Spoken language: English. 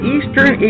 Eastern